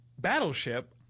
Battleship